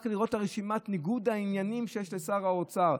רק לראות את רשימת ניגוד העניינים שיש לשר האוצר.